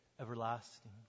everlasting